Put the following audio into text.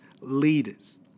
leaders